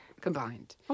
combined